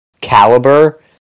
caliber